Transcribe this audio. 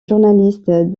journaliste